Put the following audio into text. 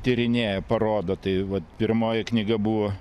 tyrinėja parodo tai vat pirmoji knyga buvo